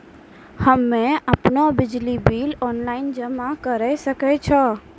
हम्मे आपनौ बिजली बिल ऑनलाइन जमा करै सकै छौ?